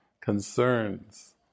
concerns